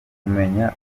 kumenya